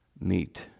meet